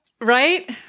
right